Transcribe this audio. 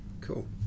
Cool